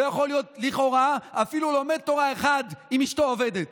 לא יכול להיות לכאורה אפילו לומד תורה אחד אם אשתו עובדת.